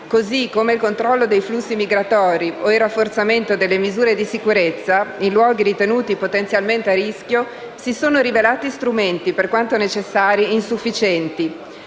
così come il controllo dei flussi migratori o il rafforzamento delle misure di sicurezza in luoghi ritenuti potenzialmente a rischio, si sono rivelati strumenti, per quanto necessari, insufficienti.